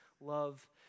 love